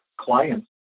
clients